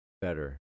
better